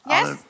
Yes